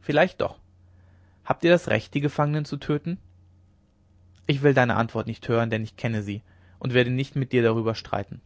vielleicht doch habt ihr das recht die gefangenen zu töten ich will deine antwort nicht hören denn ich kenne sie und werde nicht mit dir darüber streiten